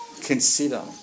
consider